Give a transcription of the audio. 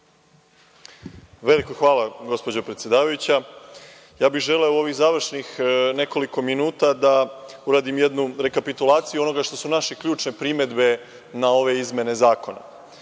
Veliko hvala, gospođo predsedavajuća. Želeo bih u ovih završnih nekoliko minuta da uradim jednu rekapitulaciju onoga što su naše ključne primedbe na ove izmene zakona.